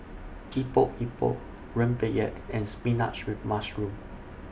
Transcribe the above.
Epok Epok Rempeyek and Spinach with Mushroom